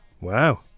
Wow